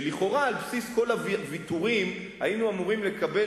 שלכאורה על בסיס כל הוויתורים היינו אמורים לקבל